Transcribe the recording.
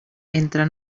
entre